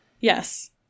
yes